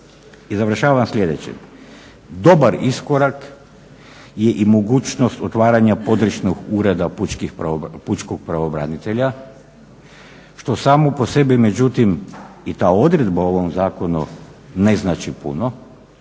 I završavam sljedeće, dobar iskorak je i mogućnost otvaranja područnog ureda pučkog pravobranitelja što samo po sebi međutim i ta odredba u ovom zakonu ne znači puno